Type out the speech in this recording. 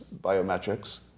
biometrics